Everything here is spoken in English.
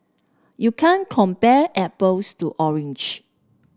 you can't compare apples to orange